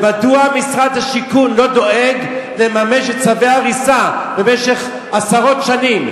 ומדוע משרד השיכון לא דואג לממש את צווי ההריסה במשך עשרות שנים?